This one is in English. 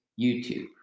YouTube